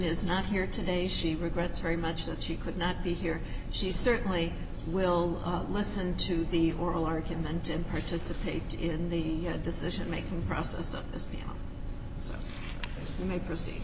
is not here today she regrets very much that she could not be here she certainly will listen to the world argument and participate in the decision making process of the spee